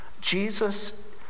Jesus